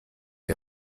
der